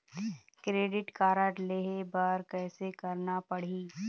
Credit card लेहे बर कैसे करना पड़ही?